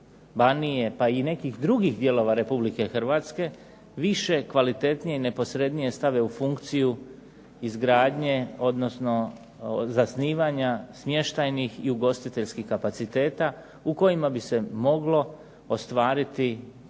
pa i nekih drugih dijelova Republike Hrvatske više, kvalitetnije i neposrednije stave u funkciju izgradnje odnosno zasnivanja smještajnih i ugostiteljskih kapaciteta u kojima bi se moglo ostvariti